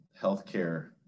healthcare